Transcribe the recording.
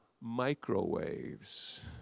microwaves